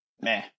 meh